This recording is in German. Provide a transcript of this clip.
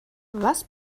was